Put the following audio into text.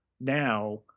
now